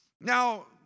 Now